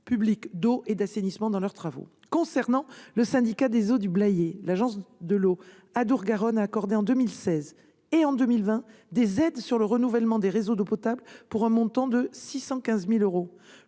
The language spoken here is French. publics d'eau et d'assainissement dans leurs travaux. Concernant le Syndicat des eaux du Blayais, l'agence de l'eau Adour-Garonne a accordé en 2016 et 2020 des aides pour le renouvellement des réseaux d'eau potable, pour un montant de 615 000 euros.